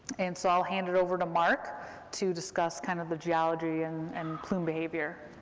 and so i'll hand it over to mark to discuss kind of the geology and and plume behavior.